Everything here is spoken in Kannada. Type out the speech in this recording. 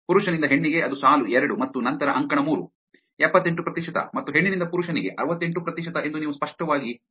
ಪುರುಷನಿಂದ ಹೆಣ್ಣಿಗೆ ಅದು ಸಾಲು ಎರಡು ಮತ್ತು ನಂತರ ಅಂಕಣ ಮೂರು ಎಪ್ಪತ್ತೆಂಟು ಪ್ರತಿಶತ ಮತ್ತು ಹೆಣ್ಣಿನಿಂದ ಪುರುಷನಿಗೆ ಅರವತ್ತೆಂಟು ಪ್ರತಿಶತ ಎಂದು ನೀವು ಸ್ಪಷ್ಟವಾಗಿ ನೋಡಬಹುದು